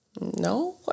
No